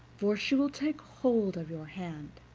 for she will take hold of your hand,